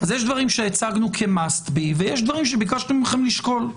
יש דברים שהצגנו כחובה ויש דברים שביקשנו מכם לשקול.